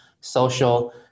social